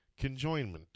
Conjoinment